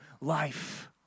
life